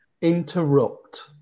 interrupt